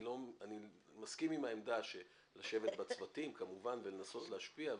אני מסכים עם העמדה של לשבת בצוותים כמובן ולנסות להשפיע,